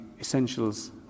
Essentials